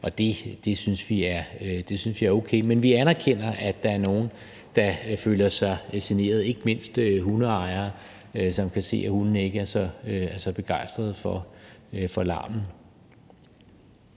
Det synes vi er okay. Men vi anerkender, at der er nogle, der føler sig generet af det – ikke mindst hundeejere, som kan se, at hundene ikke er så begejstrede for larmen.